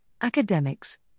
academics